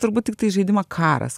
turbūt tiktai žaidimą karas